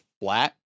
flat